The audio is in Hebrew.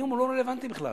היום הוא לא רלוונטי בכלל.